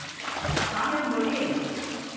हाँ मैम बोलिए